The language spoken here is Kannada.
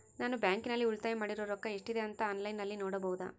ನಾನು ಬ್ಯಾಂಕಿನಲ್ಲಿ ಉಳಿತಾಯ ಮಾಡಿರೋ ರೊಕ್ಕ ಎಷ್ಟಿದೆ ಅಂತಾ ಆನ್ಲೈನಿನಲ್ಲಿ ನೋಡಬಹುದಾ?